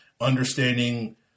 understanding